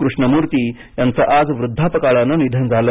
कृष्णमूर्ती यांचे आज वृद्धापकाळानं निधन झाले